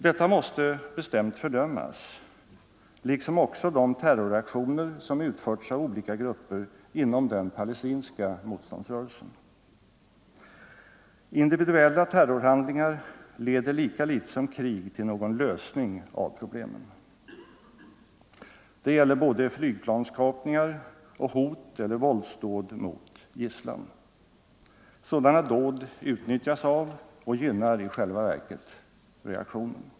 Detta måste bestämt fördömas liksom också de terroraktioner som utförts av olika grupper inom den palestinska motståndsrörelsen. Individuella terrorhandlingar leder lika litet som krig till någon lösning av problemen. Det gäller både flygplanskapningar och hot eller våldsdåd mot gisslan. Sådana dåd utnyttjas av och gynnar i själva verket reaktionen.